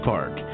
Park